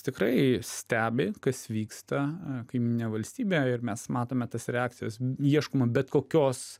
tikrai stebi kas vyksta kaimyninė valstybė ir mes matome tas reakcijas ieškoma bet kokios